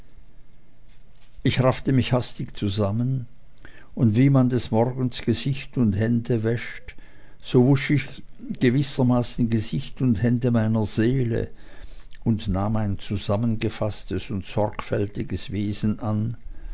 ich raffte mich hastig zusammen und wie man des morgens gesicht und hände wäscht so wusch ich gewissermaßen gesicht und hände meiner seele und nahm ein zusammengefaßtes und sorgfältiges wesen an